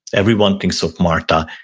everyone thinks of martha.